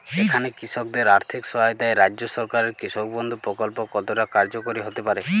এখানে কৃষকদের আর্থিক সহায়তায় রাজ্য সরকারের কৃষক বন্ধু প্রক্ল্প কতটা কার্যকরী হতে পারে?